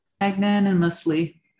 Magnanimously